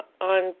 on